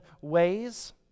ways